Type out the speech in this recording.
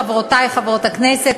חברותי חברות הכנסת,